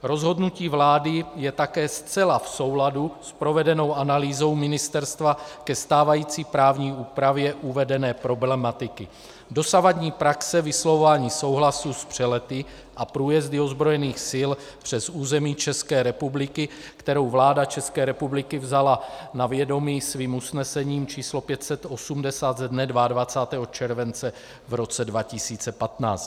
Rozhodnutí vlády je také zcela v souladu s provedenou analýzou ministerstva ke stávající právní úpravě uvedené problematiky, dosavadní praxe vyslovování souhlasu s přelety a průjezdy ozbrojených sil přes území České republiky, kterou vláda České republiky vzala na vědomí svým usnesením č. 580 ze dne 22. července 2015.